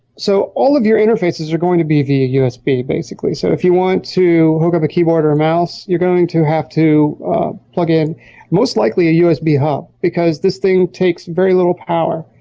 so all of your interfaces are going to be the usb basically. so if you want to hold up a keyboard or mouse, you're going to have to plug in most likely a usb hub because this thing takes very little power.